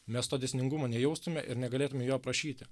mes to dėsningumo nejaustume ir negalėtume jo aprašyti